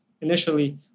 initially